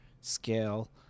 scale